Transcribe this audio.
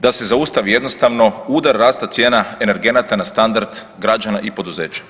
Da se zaustavi jednostavno udar rasta cijena energenata na standard građana i poduzeća.